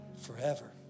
forever